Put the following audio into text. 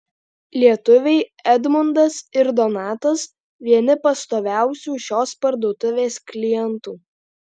lietuviai edmundas ir donatas vieni pastoviausių šios parduotuvės klientų